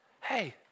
hey